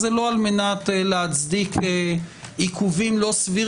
זה לא על מנת להצדיק עיכובים לא סבירים,